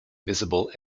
visible